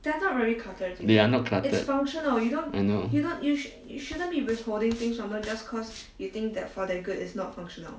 they are not cluttered I know